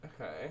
Okay